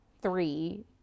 three